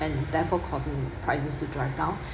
and therefore causing prices to drive down